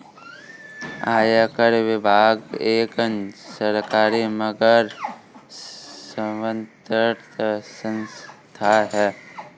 आयकर विभाग एक सरकारी मगर स्वतंत्र संस्था है